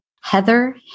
Heather